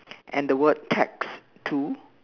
and the word tax two